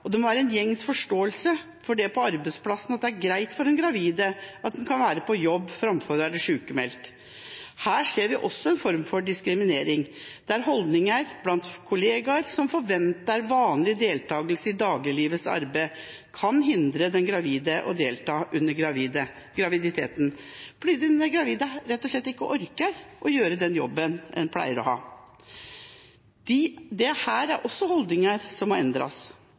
og det må være en gjengs forståelse på arbeidsplassen for at det er greit for den gravide å være på jobb framfor å være sykmeldt. Her ser vi også en form for diskriminering, der holdninger blant kollegaer som forventer vanlig deltakelse i dagliglivets arbeid, kan hindre den gravide i å delta under graviditeten fordi den gravide rett og slett ikke orker å gjøre den jobben hun pleier å gjøre. Dette er også holdninger som må endres,